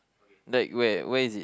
like where where is it